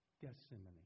Gethsemane